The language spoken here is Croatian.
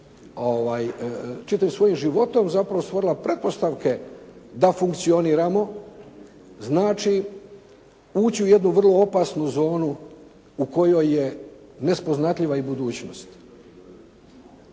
čitavim svojim životom zapravo stvorila pretpostavke da funkcioniramo. Znači uči u jednu vrlo opasnu zonu u kojoj je nespoznatljiva i budućnost.